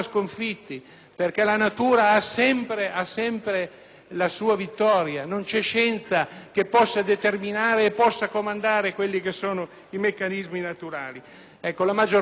La maggior parte dei medici, dei colleghi si è rifugiata in un dubbio,